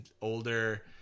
older